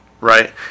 right